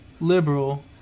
liberal